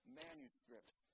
manuscripts